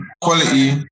quality